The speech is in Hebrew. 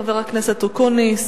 חבר הכנסת אופיר אקוניס.